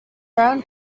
brown